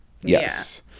Yes